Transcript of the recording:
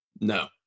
No